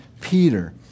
Peter